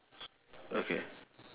okay